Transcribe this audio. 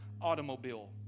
automobile